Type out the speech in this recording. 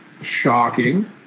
shocking